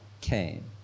came